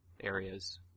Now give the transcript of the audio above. areas